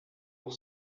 pour